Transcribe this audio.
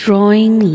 Drawing